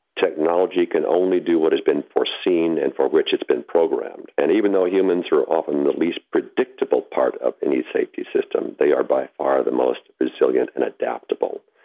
technology can only do what has been foreseen and for which it's been programmed. and even though humans are often the least predictable part of any safety system, they are by far the most resilient and adaptable.